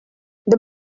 the